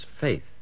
faith